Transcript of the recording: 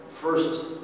first